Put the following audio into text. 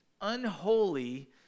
unholy